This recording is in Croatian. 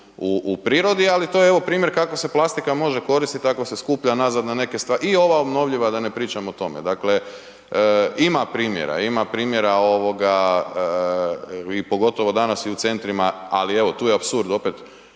u prirodi, ali to je evo primjer kako se plastika može koristit ako se skuplja nazad na neke stvari i ova obnovljiva da ne pričam o tome. Dakle, ima primjera, ima primjera ovoga i pogotovo danas i u centrima, ali evo tu je apsurd opet,